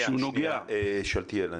שאלתיאל,